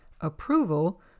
approval